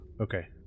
okay